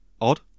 odd